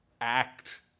act